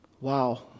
Wow